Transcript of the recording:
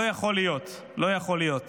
לא יכול להיות, לא יכול להיות